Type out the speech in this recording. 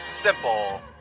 simple